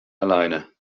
alleine